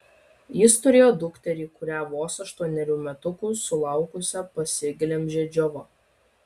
jis turėjo dukterį kurią vos aštuonerių metukų sulaukusią pasiglemžė džiova